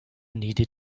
needed